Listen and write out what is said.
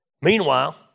Meanwhile